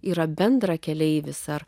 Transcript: yra bendrakeleivis ar